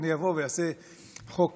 אני אבוא ואעשה חוק